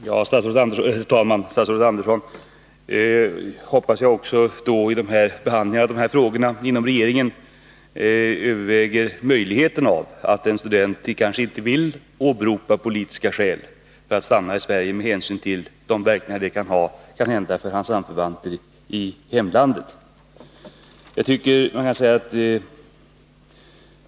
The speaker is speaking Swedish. Herr talman! Jag hoppas att statsrådet Andersson också vid behandlingen av de här frågorna inom regeringen överväger möjligheten att en student kanske inte vill åberopa politiska skäl för att stanna i Sverige, med hänsyn till de verkningar det kan ha för hans anförvanter i hemlandet.